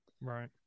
Right